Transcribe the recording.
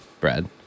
Brad